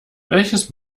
welches